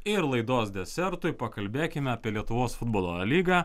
ir laidos desertui pakalbėkime apie lietuvos futbolo lygą